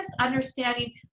understanding